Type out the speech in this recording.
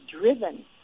driven